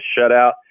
shutout